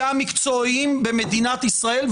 -- והמקצועיים במדינת ישראל,